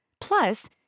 Plus